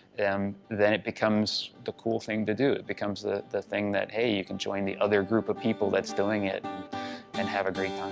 um, then it becomes the cool thing to do. it becomes the the thing that, hey, you can join the other group of people that's doing it and have a